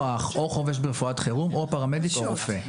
אח או חובש לרפואת חירום או פרמדיק או רופא.